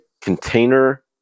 container